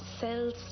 cells